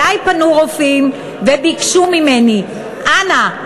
אלי פנו רופאים וביקשו ממני: אנא,